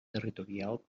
territorial